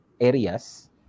areas